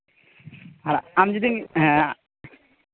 ᱦᱮᱸ ᱟᱢ ᱡᱩᱫᱤᱢ ᱦᱮᱸ